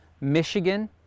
Michigan